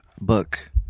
book